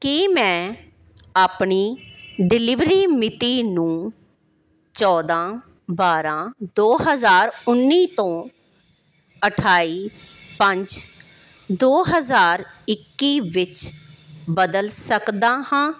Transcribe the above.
ਕੀ ਮੈਂ ਆਪਣੀ ਡਿਲੀਵਰੀ ਮਿਤੀ ਨੂੰ ਚੌਦਾਂ ਬਾਰਾਂ ਦੋ ਹਜ਼ਾਰ ਉੱਨੀ ਤੋਂ ਅਠਾਈ ਪੰਜ ਦੋ ਹਜ਼ਾਰ ਇੱਕੀ ਵਿੱਚ ਬਦਲ ਸਕਦਾ ਹਾਂ